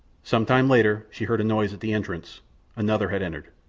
sometime later she heard a noise at the entrance another had entered.